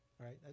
right